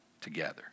together